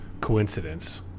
coincidence